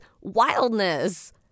wildness